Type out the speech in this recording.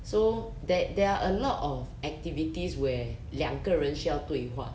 so there there are a lot of activities where 两个人需要对话